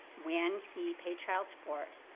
when he paid child support,